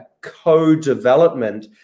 co-development